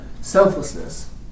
Selflessness